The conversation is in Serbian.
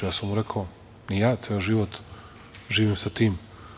Ja sam mu rekao – ni ja, ceo život živim sa tim.